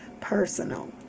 personal